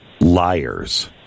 liars